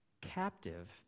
captive